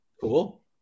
Cool